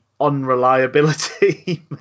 unreliability